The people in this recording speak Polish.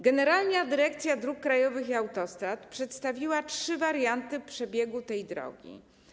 Generalna Dyrekcja Dróg Krajowych i Autostrad przedstawiła trzy warianty przebiegu tej drogi.